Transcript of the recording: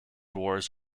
wars